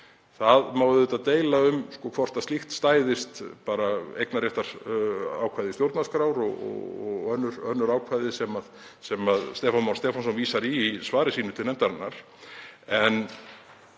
Það má auðvitað deila um hvort slíkt stæðist eignarréttarákvæði stjórnarskrár og önnur ákvæði sem Stefán Már Stefánsson vísar í í svari sínu til nefndarinnar,